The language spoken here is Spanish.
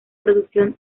producción